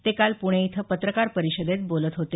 ते काल पुणे इथं पत्रकार परिषदेत बोलत होते